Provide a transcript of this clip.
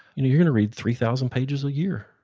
you're going to read three thousand pages a year,